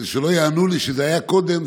שלא יענו לי שזה היה קודם,